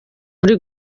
muri